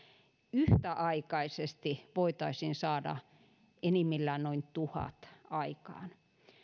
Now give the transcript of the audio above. yhtäaikaisesti voitaisiin saada enimmillään noin tuhanteen aikaan